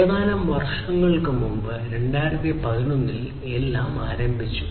ഏതാനും വർഷങ്ങൾക്ക് മുമ്പ് 2011 ൽ എല്ലാം ആരംഭിച്ചു